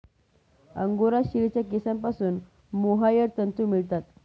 angora शेळीच्या केसांपासून mohair तंतू मिळतात